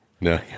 No